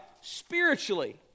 spiritually